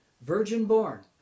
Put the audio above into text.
virgin-born